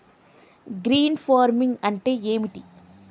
Green farming అంటే ఏమిటి?